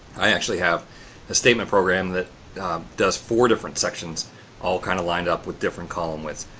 i actually have a statement program that does four different sections all kind of lined up with different column widths,